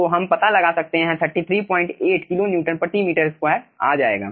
तो हम पता लगा सकते हैं 338 किलो न्यूटन प्रति मीटर स्क्वायर KNm2 आ जाएगा